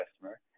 customer